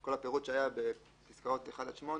כל הפירוט שהיה בפסקאות (1) עד (8),